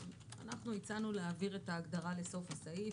אנחנו הצענו להעביר את ההגדרה לתוך הסעיף,